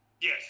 yes